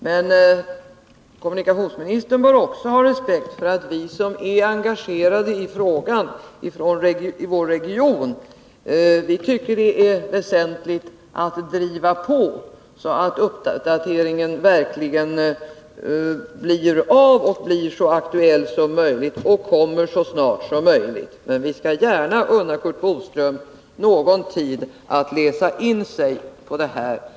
Men kommunikationsministern bör också ha respekt för att vi från vår region som är engagerade i frågan tycker att det är väsentligt att driva på, så att uppdateringen verkligen blir av, blir så aktuell som möjligt och blir färdig så snart som möjligt. Men vi skall alltså gärna unna Curt Boström någon tid att läsa in sig på det här ärendet.